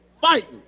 Fighting